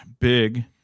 big